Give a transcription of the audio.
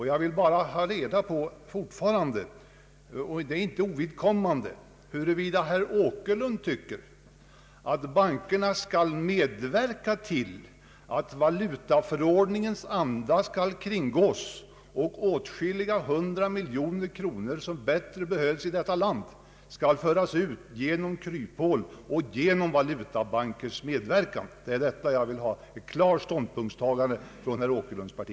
Jag vill fortfarande ha reda på — och det är inte ovidkommande — huruvida herr Åkerlund tycker att bankerna bör medverka till att valutaförordningens anda skall kringgås och åtskilliga hundra miljoner kronor som bättre behövs i detta land skall föras ut genom kryphål och genom valutabankers medverkan. På denna punkt vill jag ha ett klart ståndpunktstagande från herr Åkerlunds parti.